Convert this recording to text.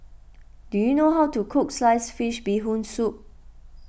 do you know how to cook Sliced Fish Bee Hoon Soup